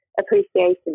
appreciation